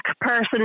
person